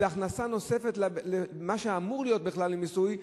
זאת הכנסה נוספת על מה שאמור להיות בכלל מיסוי,